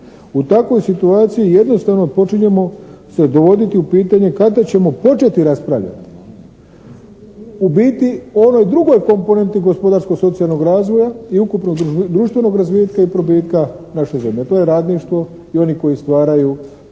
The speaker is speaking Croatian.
U takvoj situaciji jednostavno počinjemo se dovoditi u pitanje kada ćemo početi raspravljati u biti o onoj drugoj komponenti gospodarsko socijalnog razvoja i ukupnog društvenog razvitka i probitka naše zemlje, to je radništvo i oni koji stvaraju